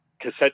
cassette